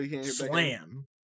Slam